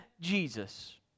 Jesus